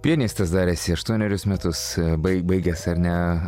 pianistas dar esi aštuonerius metus bai baigęs ar ne